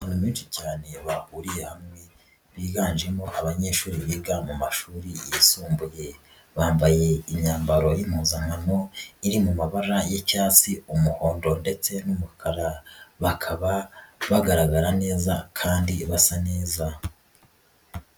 Abantu benshi cyane bahuriye hamwe, biganjemo abanyeshuri biga mu mashuri yisumbuye, bambaye imyambaro y'impuzankano, iri mu mabara y'icyatsi, umuhondo ndetse n'umukara, bakaba bagaragara neza kandi basa neza.